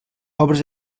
obres